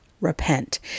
repent